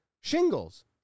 shingles